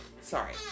sorry